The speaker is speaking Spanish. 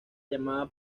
llamada